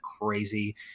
crazy